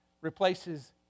replaces